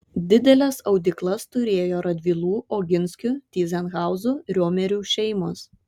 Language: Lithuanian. dideles audyklas turėjo radvilų oginskių tyzenhauzų riomerių šeimos